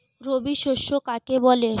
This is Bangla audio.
রবি শস্য কাকে বলে?